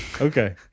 Okay